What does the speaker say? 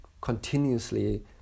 continuously